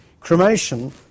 Cremation